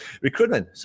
recruitment